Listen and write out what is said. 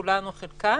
כולן או חלקן,